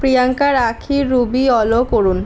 Priyanka Rakhi Ruby Alok Arun